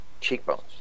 cheekbones